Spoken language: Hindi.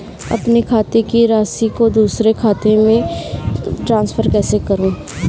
अपने खाते की राशि को दूसरे के खाते में ट्रांसफर कैसे करूँ?